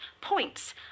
points